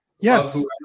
Yes